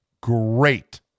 great